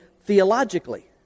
theologically